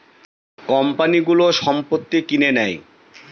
কোম্পানিগুলো সম্পত্তি কিনে নেয়